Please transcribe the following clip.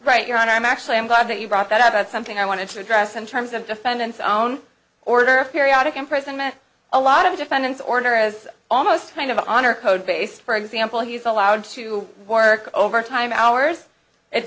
honor i'm actually i'm glad that you brought that up it's something i wanted to address in terms of defendant's own order periodic imprisonment a lot of defendants order as almost kind of honor code based for example he's allowed to work overtime hours if